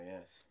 yes